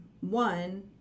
one